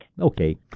Okay